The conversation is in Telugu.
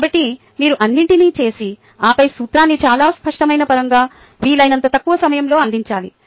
కాబట్టి మీరు అన్నింటినీ చేసి ఆపై సూత్రాన్ని చాలా స్పష్టమైన పరంగా వీలైనంత తక్కువ సమయంలో అందించాలి